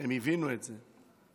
הם הבינו את זה,